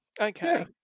Okay